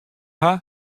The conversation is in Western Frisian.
haw